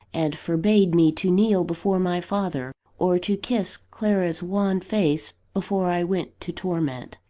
and forbade me to kneel before my father, or to kiss clara's wan face, before i went to torment.